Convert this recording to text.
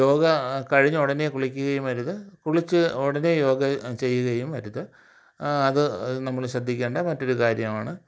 യോഗ കഴിഞ്ഞ ഉടനെ കുളിക്കുകയും അരുത് കുളിച്ച് ഉടനെ യോഗ ചെയ്യുകയും അരുത് അത് നമ്മൾ ശ്രദ്ധിക്കേണ്ട മറ്റൊരു കാര്യമാണ്